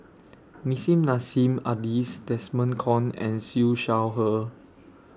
Nissim Nassim Adis Desmond Kon and Siew Shaw Her